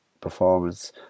performance